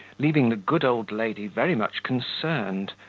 leaving the good old lady very much concerned,